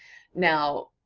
now,